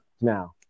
now